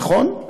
נכון?